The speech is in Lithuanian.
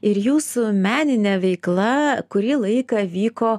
ir jūsų meninė veikla kurį laiką vyko